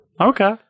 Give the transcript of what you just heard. Okay